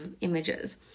images